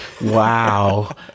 Wow